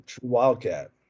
wildcat